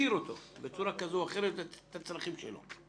יכיר אותו ואת הצרכים שלו.